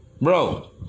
Bro